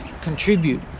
contribute